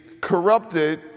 corrupted